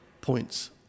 points